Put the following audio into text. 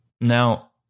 Now